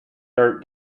dirt